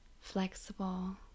flexible